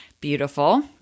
Beautiful